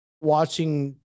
watching